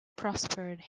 prospered